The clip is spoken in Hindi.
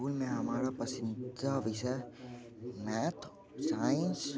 स्कूल हमारा पसंदीदा विषय मैथ साइंस